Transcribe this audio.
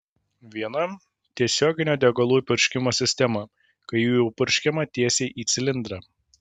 viena tiesioginio degalų įpurškimo sistema kai jų įpurškiama tiesiai į cilindrą